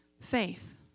faith